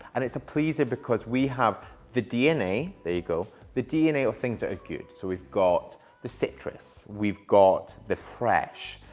and it's a pleaser because we have the dna, there you go, the dna of things that are good. so we've got the citrus, we've got the fresh,